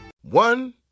One